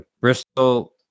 Bristol